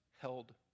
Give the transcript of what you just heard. held